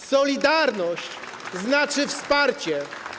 Solidarność znaczy wsparcie.